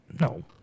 No